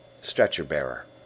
Stretcher-bearer